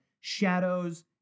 shadows